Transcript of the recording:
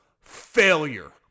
failure